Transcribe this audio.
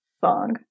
song